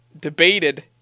debated